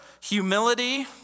Humility